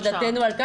תודתנו על כך,